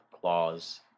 claws